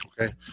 Okay